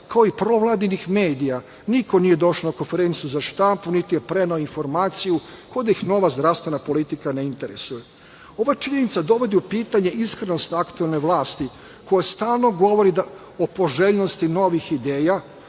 kao i provladinih medija. Niko nije došao na konferenciju za štampu, niti je preneo informaciju kao da ih nova zdravstvena politika ne interesuje. Ova činjenica dovodi u pitanje iskrenost aktuelne vlasti koja stalno govori o poželjnosti novih ideja,